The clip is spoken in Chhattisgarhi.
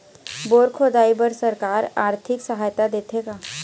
बोर खोदाई बर सरकार आरथिक सहायता देथे का?